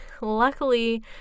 luckily